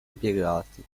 impiegati